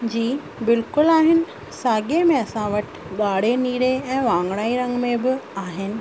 जी बिल्कुलु आहिनि सागि॒ए में असां वटि ॻाढ़े नीरे ऐं वाङणाई रंग में बि आहिनि